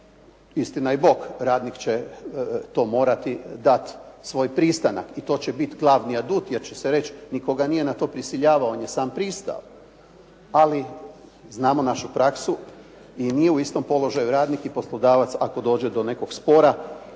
Istina i bog radnik će to morati dati svoj pristanak i to će biti glavni adut, jer će se reći nitko ga nije na to prisiljavao, on je sam pristao, ali znamo našu praksu i nije u istom položaju radnik i poslodavac ako dođe do nekog spora